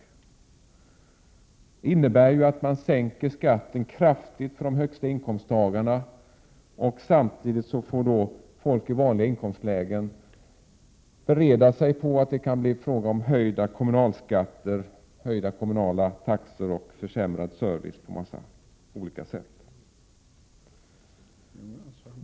Moderaternas förslag innebär att man sänker skatten kraftigt för personer med de högsta inkomsterna. Samtidigt får folk i vanliga inkomstlägen bereda sig på att det kan bli fråga om höjda kommunalskatter, höjda kommunala taxor och försämrad service på olika sätt.